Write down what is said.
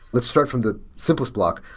let's start from the simplest block.